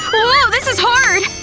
whoa this is hard!